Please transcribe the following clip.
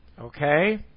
Okay